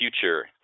future